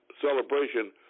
celebration